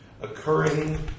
occurring